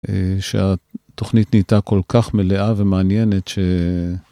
שהתוכנית נהייתה כל כך מלאה ומעניינת ש...